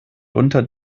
unter